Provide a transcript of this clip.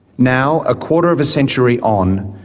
now, a quarter of a century on,